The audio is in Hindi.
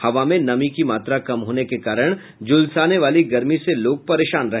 हवा में नमी की मात्रा कम होने के कारण झुलसाने वाली गर्मी से लोग परेशान रहे